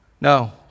no